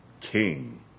king